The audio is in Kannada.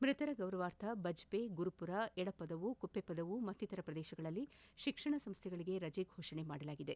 ಮೃತರ ಗೌರವಾರ್ಥ ಬಜ್ಪೆ ಗುರುಪುರ ಎಡಪದವು ಕುಪ್ಪೆಪದವು ಮತ್ತಿತರ ಪ್ರದೇಶಗಳಲ್ಲಿ ಶಿಕ್ಷಣ ಸಂಸ್ಥೆಗಳಿಗೆ ರಜೆ ಘೋಷಣೆ ಮಾಡಲಾಗಿದೆ